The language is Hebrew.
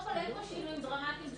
אין פה שינוי דרמטי.